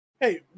Hey